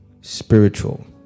spiritual